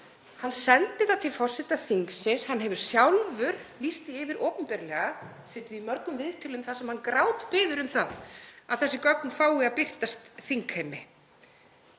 Hann sendi það til forseta þingsins. Hann hefur sjálfur lýst því yfir opinberlega, setið í mörgum viðtölum þar sem hann grátbiður um að þessi gögn fái að birtast þingheimi.